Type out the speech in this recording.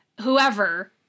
whoever